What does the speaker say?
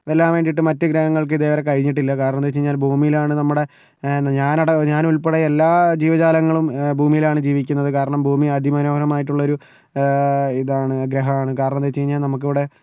വെല്ലാൻ വേണ്ടിയിട്ട് മറ്റ് ഗ്രഹങ്ങൾക്ക് ഇതേവരെ കഴിഞ്ഞിട്ടില്ല കാരണം എന്താ വെച്ച് കഴിഞ്ഞാൽ ഭൂമിയിലാണ് നമ്മുടെ ഞാൻ അടക്കം ഞാൻ ഉൾപ്പെടെ എല്ലാ ജീവജാലങ്ങളും ഭൂമിയിലാണ് ജീവിക്കുന്നത് കാരണം ഭൂമി അതിമനോഹരമായിട്ടുള്ളൊരു ഇതാണ് ഗ്രഹമാണ് കാരണം എന്താ വെച്ച് കഴിഞ്ഞാൽ നമുക്കിവിടെ